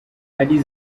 hari